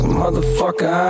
motherfucker